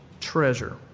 Treasure